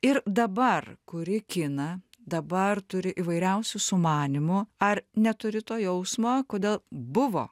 ir dabar kuri kiną dabar turi įvairiausių sumanymų ar neturi to jausmo kodėl buvo